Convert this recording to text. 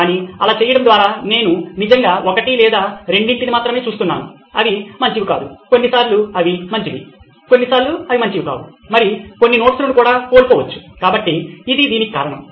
కానీ అలా చేయడం ద్వారా నేను నిజంగా ఒకటి లేదా రెండింటిని మాత్రమే చూస్తున్నాను అవి మంచివి కావు కొన్నిసార్లు అవి మంచివి కొన్నిసార్లు అవి కావు మరియు కొన్ని నోట్స్లను కూడా కోల్పోవచ్చు కాబట్టి ఇది దీనికి కారణం